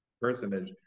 personage